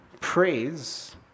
praise